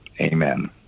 Amen